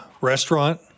restaurant